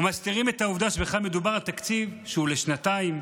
ומסתירים את העובדה שבכלל מדובר על תקציב שהוא לשנתיים.